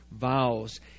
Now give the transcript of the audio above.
vows